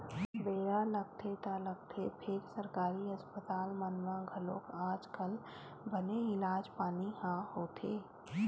बेरा लगथे ता लगथे फेर सरकारी अस्पताल मन म घलोक आज कल बने इलाज पानी ह होथे